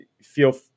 feel